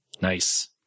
Nice